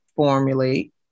Formulate